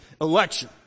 Election